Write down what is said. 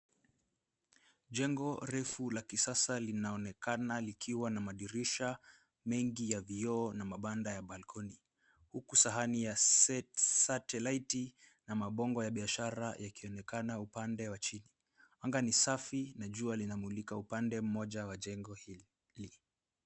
Jengo refu la kisasa linaonekana likiwa na madirisha mengi ya vioo na mabanda ya [cs ] balkoni[cs ] ,sahani ya [cs ] setilaiti [cs ] na mabango ya biashara inaonekana upande wa chini. Anga ni safi na jua linamulika upande mmoja wa jengo hili.